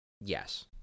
Yes